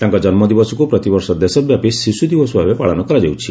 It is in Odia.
ତାଙ୍ ଜନ୍ମଦିବସକୁ ପ୍ରତିବର୍ଷ ଦେଶବ୍ୟାପୀ ଶିଶୁଦିବସ ଭାବେ ପାଳନ କରାଯାଉଛି